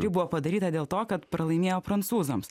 tai buvo padaryta dėl to kad pralaimėjo prancūzams